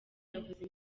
yavuze